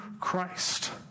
Christ